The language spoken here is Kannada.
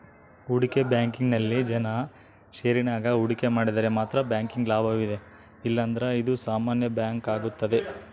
ಹೂಡಿಕೆ ಬ್ಯಾಂಕಿಂಗ್ನಲ್ಲಿ ಜನ ಷೇರಿನಾಗ ಹೂಡಿಕೆ ಮಾಡಿದರೆ ಮಾತ್ರ ಬ್ಯಾಂಕಿಗೆ ಲಾಭವಿದೆ ಇಲ್ಲಂದ್ರ ಇದು ಸಾಮಾನ್ಯ ಬ್ಯಾಂಕಾಗುತ್ತದೆ